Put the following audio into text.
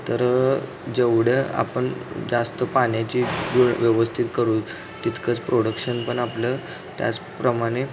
तर जेवढं आपण जास्त पाण्याची व व्यवस्थित करू तितकंच प्रोडक्शन पण आपलं त्याचप्रमाणे